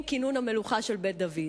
עם כינון המלוכה של בית דוד.